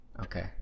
Okay